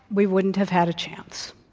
we wouldn't have had a chance,